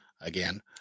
again